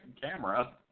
camera